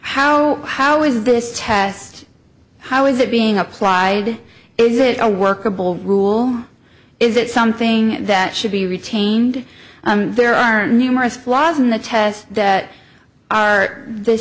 how how is this test how is it being applied is it a workable rule is it something that should be retained there are numerous flaws in the test that are th